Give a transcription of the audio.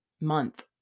month